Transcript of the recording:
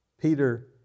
Peter